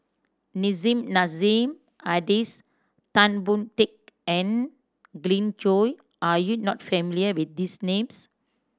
Nissim Nassim Adis Tan Boon Teik and Glen Goei are you not familiar with these names